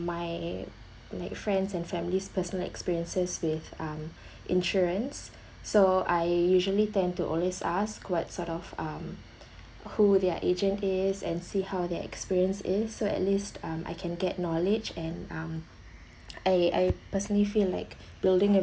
my like friends and family's personal experiences with um insurance so I usually tend to always ask what sort of um who their agent is and see how their experience is so at least um I can get knowledge and um I I personally feel like building